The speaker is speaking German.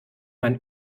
man